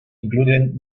incluyen